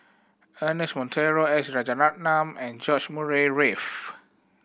Ernest Monteiro S Rajaratnam and George Murray Reith